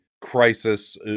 crisis